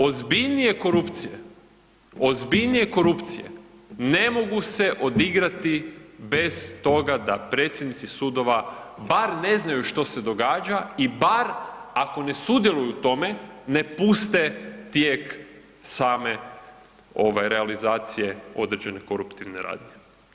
Ozbiljnije korupcije, ozbiljnije korupcije ne mogu se odigrati bez toga da predsjednici sudova bar ne znaju što se događa i bar, ako ne sudjeluju u tome, ne puste tijek same ove realizacije određene koruptivne radnje.